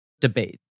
debate